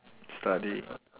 study